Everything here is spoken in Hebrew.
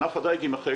ענף הדיג יימחק.